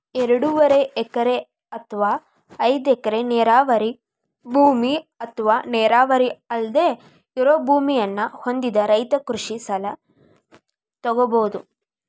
ಎರಡೂವರೆ ಎಕರೆ ಅತ್ವಾ ಐದ್ ಎಕರೆ ನೇರಾವರಿ ಭೂಮಿ ಅತ್ವಾ ನೇರಾವರಿ ಅಲ್ದೆ ಇರೋ ಭೂಮಿಯನ್ನ ಹೊಂದಿದ ರೈತ ಕೃಷಿ ಸಲ ತೊಗೋಬೋದು